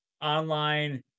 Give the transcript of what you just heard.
online